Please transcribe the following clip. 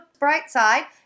BRIGHTSIDE